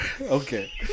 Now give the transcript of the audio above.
Okay